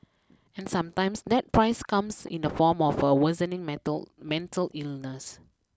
and sometimes that price comes in the form of a worsening mental mental illness